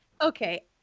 okay